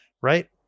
right